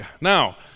Now